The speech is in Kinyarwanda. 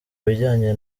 bijyanye